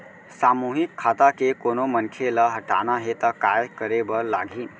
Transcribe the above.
सामूहिक खाता के कोनो मनखे ला हटाना हे ता काय करे बर लागही?